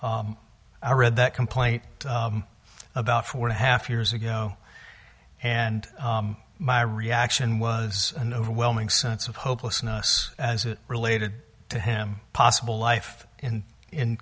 i read that complaint about four and a half years ago and my reaction was an overwhelming sense of hopelessness as it related to him possible life in